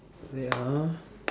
wait ah